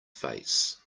face